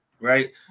right